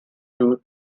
two